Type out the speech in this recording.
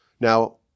Now